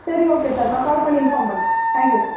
சரி okay sir நான் call பண்ணி இன்ஃபார்ம் பண்ணுறேன் தேங்க் யூ சார்